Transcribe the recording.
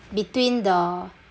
between the